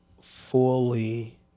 fully